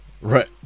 Right